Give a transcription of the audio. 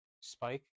Spike